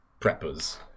preppers